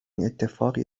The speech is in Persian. اتفاقی